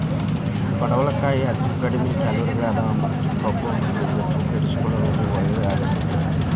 ಪಡವಲಕಾಯಾಗ ಅತಿ ಕಡಿಮಿ ಕ್ಯಾಲೋರಿಗಳದಾವ ಮತ್ತ ಕೊಬ್ಬುಇಲ್ಲವೇ ಇಲ್ಲ ತೂಕ ಇಳಿಸಿಕೊಳ್ಳೋರಿಗೆ ಇದು ಒಳ್ಳೆ ಆಹಾರಗೇತಿ